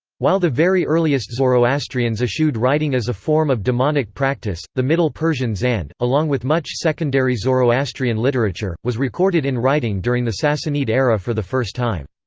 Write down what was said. while the very earliest zoroastrians eschewed writing as a form of demonic practice, the middle persian zand, along with much secondary zoroastrian literature, was recorded in writing during the sassanid era for the first time.